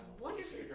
wonderful